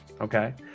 okay